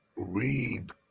Read